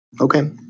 Okay